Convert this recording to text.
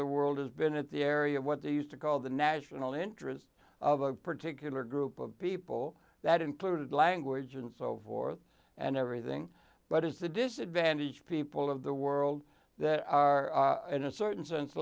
the world has been an area of what they used to call the national interest of a particular group of people that included language and so forth and everything but it's the disadvantaged people of the world that are in a certain sense